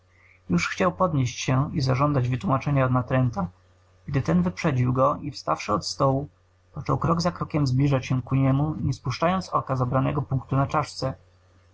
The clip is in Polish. już chciał podnieść się i zażądać wytłómaczenia od natręta gdy ten wyprzedził go i wstawszy od stołu począł krok za krokiem zbliżać się ku niemu nie spuszczając oka z obranego punktu na czaszce